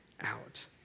out